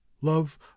love